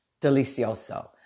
Delicioso